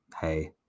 hey